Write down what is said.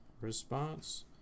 response